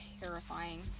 terrifying